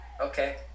Okay